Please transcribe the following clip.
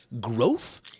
Growth